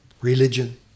religion